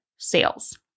Sales